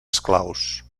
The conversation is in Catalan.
esclaus